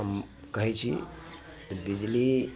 हम कहैत छी बिजली